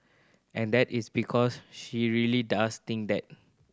and that is because she really does think that